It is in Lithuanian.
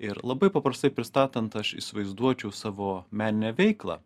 ir labai paprastai pristatant aš įsivaizduočiau savo meninę veiklą